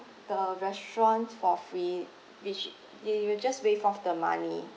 the restaurant for free which they will just waive off the money